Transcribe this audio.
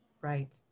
Right